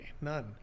none